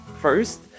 first